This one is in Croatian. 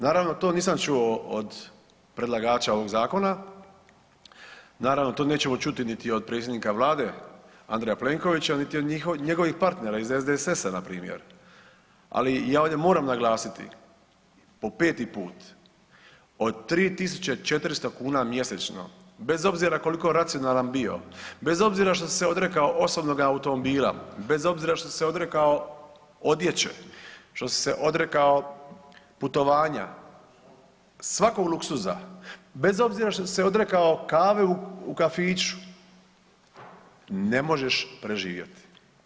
Naravno to nisam čuo od predlagača ovog zakona, naravno to nećemo čuti niti od predsjednika Vlade Andreja Plenkovića niti od njegovih partnera iz SDSS-a npr., ali ja ovdje moram naglasiti po peti put, od 3.400 kuna mjesečno bez obzira koliko racionalan bio, bez obzira što si se odrekao osobnoga automobila, bez obzira što si se odrekao odjeće, što si se odrekao putovanja svakog luksuza, bez obzira što si se odrekao kave u kafiću ne možeš preživjeti.